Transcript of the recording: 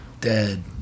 Dead